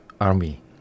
army